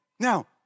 Now